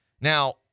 Now